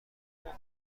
ببرین